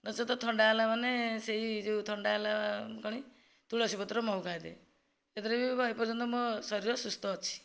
ଆଉ ସେହି ତ ଥଣ୍ଡା ହେଲାମାନେ ସେହି ଯେଉଁ ଥଣ୍ଡା ହେଲା ତୁଳସୀ ପତ୍ର ମହୁ ଖାଇଦିଏ ସେହିଥିରେ ବି ଏହି ପର୍ଯ୍ୟନ୍ତ ମୋ ଶରୀର ସୁସ୍ଥ ଅଛି